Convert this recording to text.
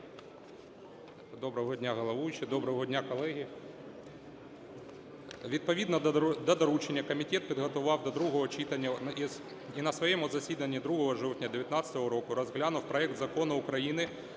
Доброго дня, головуючий, доброго дня, колеги! Відповідно до доручення комітет підготував до другого читання і на своєму засіданні 2 жовтня 19-го року розглянув проект Закону України